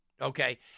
Okay